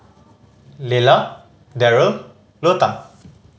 Lelah Darrell Lota